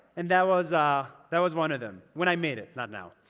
and that was ah that was one of them. when i made it, not now.